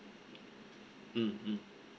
mm mm